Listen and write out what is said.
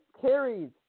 carries